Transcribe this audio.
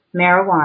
Marijuana